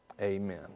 amen